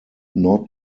not